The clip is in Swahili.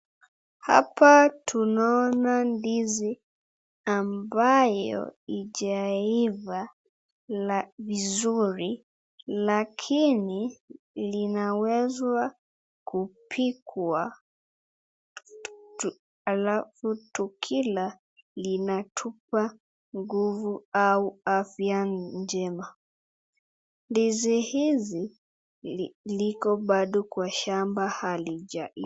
Hapa tunaona ndizi ambayo hijaiva vizuri lakini linawezwa kupigwa alafu tukiila linatupa nguvu ama afya njema, ndizi hizi ni liko bado kwa shamba halijaiva.